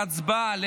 להצבעה.